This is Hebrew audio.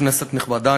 כנסת נכבדה,